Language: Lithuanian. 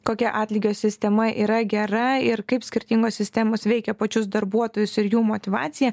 kokia atlygio sistema yra gera ir kaip skirtingos sistemos veikia pačius darbuotojus ir jų motyvaciją